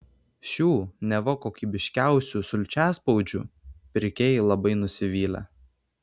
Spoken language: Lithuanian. šių neva kokybiškiausių sulčiaspaudžių pirkėjai labai nusivylę